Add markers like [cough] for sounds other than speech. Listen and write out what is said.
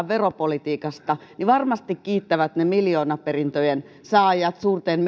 [unintelligible] veropolitiikasta varmasti kiittävät miljoonaperintöjen saajat ja suurten [unintelligible]